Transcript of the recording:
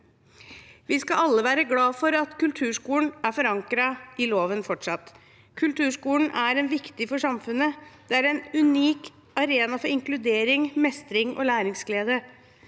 Vi skal alle være glad for at kulturskolen fortsatt er forankret i loven. Kulturskolen er viktig for samfunnet. Det er en unik arena for inkludering, mestring og læringsglede.